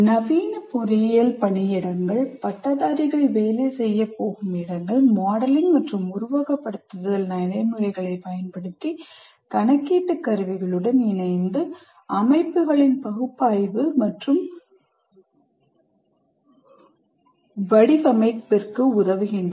நவீன பொறியியல் பணியிடங்கள் பட்டதாரிகள் வேலை செய்யப் போகும் இடங்கள் மாடலிங் மற்றும் உருவகப்படுத்துதல் நடைமுறைகளைப் பயன்படுத்தி கணக்கீட்டு கருவிகளுடன் இணைந்து அமைப்புகளின் பகுப்பாய்வு மற்றும் வடிவமைப்பிற்கு உதவுகின்றன